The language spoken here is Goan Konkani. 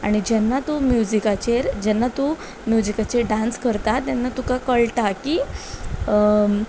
आनी जेन्ना तूं म्युजिकाचेर जेन्ना तूं म्युजिकाचेर डांस करता तेन्ना तुका कळटा की